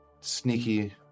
sneaky